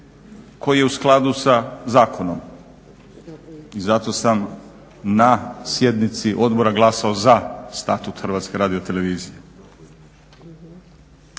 koji je u skladu sa zakonom i zato sam na sjednici odbora glasao za Statut Hrvatske radiotelevizije.